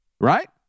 Right